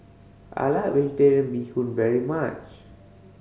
I like Vegetarian Bee Hoon very much